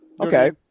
Okay